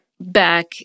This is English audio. back